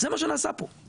זה מה שנעשה פה.